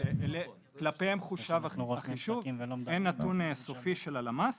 שכלפיהם חושב החישוב, אין נתון סופי של הלמ"ס